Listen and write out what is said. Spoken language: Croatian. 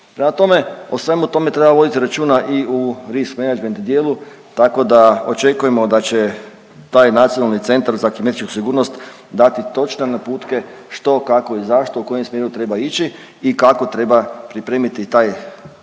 Prema tome, o svemu tome treba voditi računa i u risk managment dijelu tako da očekujemo da će taj Nacionalni centar za kibernetičku sigurnost dati točne naputke što, kako i zašto, u kojem smjeru treba ići i kako treba pripremiti taj